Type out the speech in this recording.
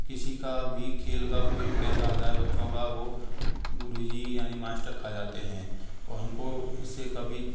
किसी का भी खेल का कोई भी पैसा आता है बच्चों का वो गुरुजी यानि मास्टर खा जाते हैं वो हमको इससे कभी